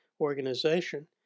organization